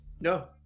No